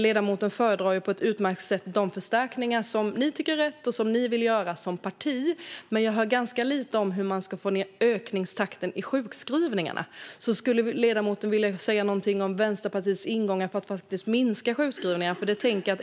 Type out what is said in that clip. Ledamoten föredrar på ett utmärkt sätt de förstärkningar som ni tycker är rätt och som ni vill göra som parti. Men jag hör ganska lite om hur man ska få ned ökningstakten i sjukskrivningarna. Skulle ledamoten vilja säga något om Vänsterpartiets ingångar för att faktiskt minska sjukskrivningarna?